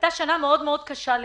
הייתה מאוד קשה לאילת.